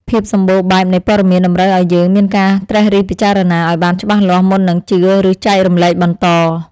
ភាពសម្បូរបែបនៃព័ត៌មានតម្រូវឱ្យយើងមានការត្រិះរិះពិចារណាឱ្យបានច្បាស់លាស់មុននឹងជឿឬចែករំលែកបន្ត។